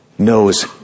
Knows